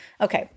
Okay